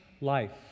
life